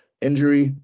injury